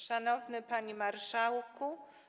Szanowny Panie Marszałku!